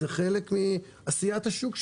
זה חלק מעשיית השוק שלהם.